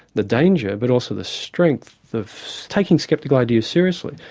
the danger but also the strength, of taking sceptical ideas seriously.